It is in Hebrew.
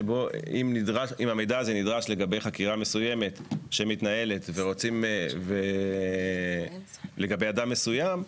שבו אם המידע הזה נדרש לגבי חקירה מסוימת שמתנהלת לגבי אדם מסוים,